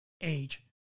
age